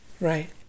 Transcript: Right